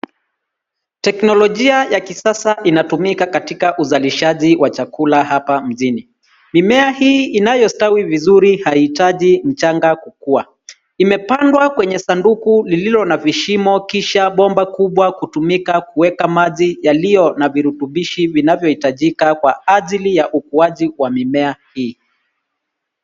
Teknolojia ya kisasa inatumika katika uzalishaji wa chakula hapa mjini. Mimea hii inayostawi vizuri haiitaji mchanga kukua. Imepandwa kwenye sanduku lililo na vishimo, kisha bomba kubwa kutumika kueka maji yaliyo na virutubishi vinazohitajika kwa ajili ya ukuaji wa mimea hii.